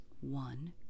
one